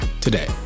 today